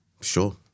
Sure